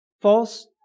false